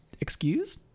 Excuse